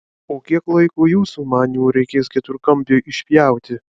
o kiek laiko jūsų manymu reikės keturkampiui išpjauti